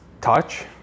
touch